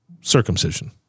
circumcision